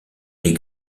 les